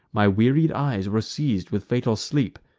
my wearied eyes were seiz'd with fatal sleep.